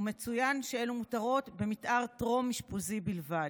ומצוין שאלו מותרות במתאר טרום-אשפוזי בלבד,